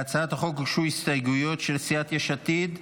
להצעת החוק הוגשו הסתייגויות של סיעת יש עתיד.